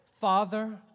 Father